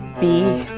b